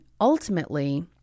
ultimately